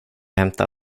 hämta